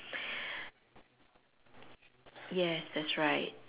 yes that's right